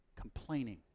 complaining